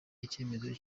icyemezo